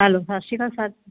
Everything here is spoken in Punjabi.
ਹੈਲੋ ਸਤਿ ਸ਼੍ਰੀ ਅਕਾਲ ਸਰ